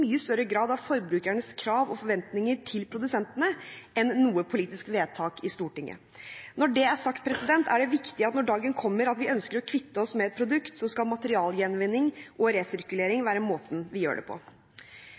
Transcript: mye større grad av forbrukernes krav og forventninger til produsentene enn noe politisk vedtak i Stortinget. Når det er sagt, er det viktig at når dagen kommer at vi ønsker å kvitte oss med et produkt, skal materialgjenvinning og resirkulering være måten vi gjør det på.